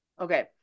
Okay